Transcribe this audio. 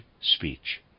speech